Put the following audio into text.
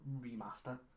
remaster